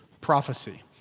prophecy